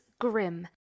grim